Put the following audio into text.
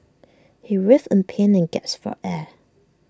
he writhed in pain and gasped for air